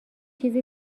چیزی